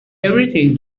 everything